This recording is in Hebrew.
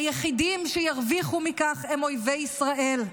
היחידים שירוויחו מכך הם אויבי ישראל.